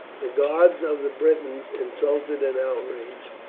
the gods of the britons, insulted and outraged,